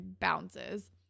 bounces